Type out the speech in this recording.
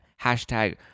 Hashtag